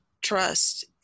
Trust